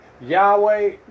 Yahweh